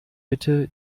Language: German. bitte